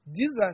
Jesus